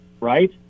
right